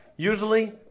Usually